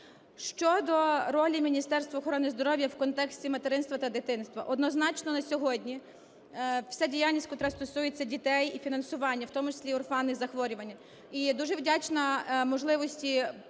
Щодо ролі Міністерства охорони здоров'я в контексті материнства та дитинства. Однозначно на сьогодні вся діяльність, котра стосується дітей і фінансування, в тому числі орфанні захворювання,